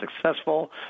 successful